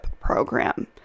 program